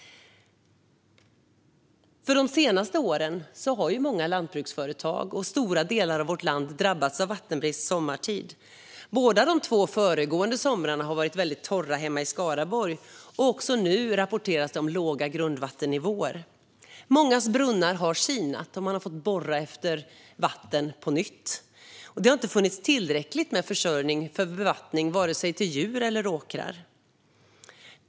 De senaste åren har många lantbruksföretag och stora delar av vårt land drabbats av vattenbrist sommartid. De två föregående somrarna har varit torra hemma i Skaraborg, och nu rapporteras det om låga grundvattennivåer. Mångas brunnar har sinat, och man har fått borra efter vatten på nytt. Vattenförsörjningen har inte varit tillräcklig vare sig till djur eller för bevattning av åkrar.